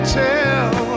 tell